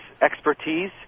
expertise